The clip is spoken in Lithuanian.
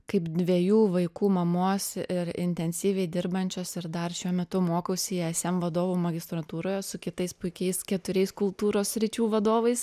kaip dviejų vaikų mamos ir intensyviai dirbančios ir dar šiuo metu mokausi ism vadovų magistrantūroje su kitais puikiais keturiais kultūros sričių vadovais